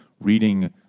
reading